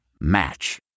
Match